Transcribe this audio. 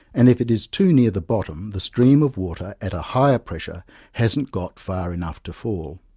and if it is too near the bottom the stream of water at a higher pressure hasn't got far enough to fall.